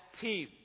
team